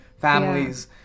families